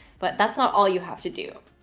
but that's not all you have to do.